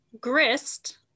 GRIST